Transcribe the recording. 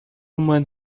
men